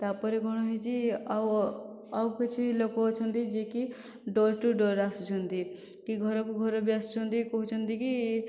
ତା ପରେ କଣ ହୋଇଛି ଆଉ ଆଉ କିଛି ଲୋକ ଅଛନ୍ତି ଯିଏ କି ଡୋର୍ ଟୁ ଡୋର୍ ଆସୁଛନ୍ତି କି ଘରକୁ ଘର ବି ଆସୁଛନ୍ତି କହୁଛନ୍ତି କି